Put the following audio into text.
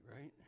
right